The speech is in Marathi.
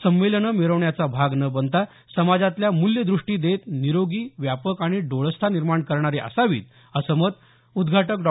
संमेलनं मिरवण्याचा भाग न बनता समाजाला मूल्यदृष्टी देत निरोगी व्यापक आणि डोळसता निर्माण करणारी असावीत असं मत उद्घाटक डॉ